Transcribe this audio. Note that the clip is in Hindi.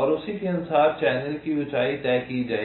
और उसी के अनुसार चैनल की ऊंचाई तय की जाएगी